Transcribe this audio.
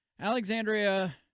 Alexandria